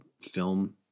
film